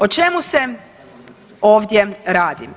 O čemu se ovdje radi?